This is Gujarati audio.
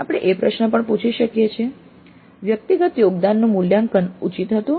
આપણે એ પ્રશ્ન પણ પૂછી શકીએ છીએ વ્યક્તિગત યોગદાનનું મૂલ્યાંકન ઉચિત હતું